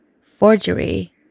forgery